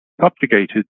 subjugated